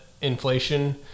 inflation